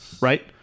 right